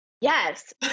yes